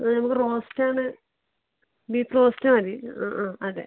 നമക്ക് റോസ്റ്റാണ് beef roast മതി ആ ആ അതെ